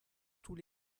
tous